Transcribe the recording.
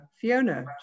Fiona